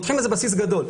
פותחים איזה בסיס גדול,